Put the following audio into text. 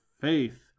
Faith